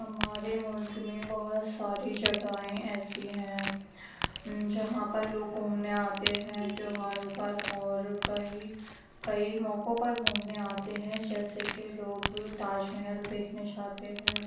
ہمارے ملک میں بہت ساری جگہیں ایسی ہیں جہاں پر لوگ گھومنے آتے ہیں تیوہاروں پر اور کئی کئی موقعوں پر گھومنے آتے ہیں جیسے کہ لوگ تاج محل دیکھنے جاتے ہیں